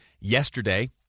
yesterday